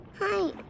Hi